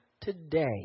today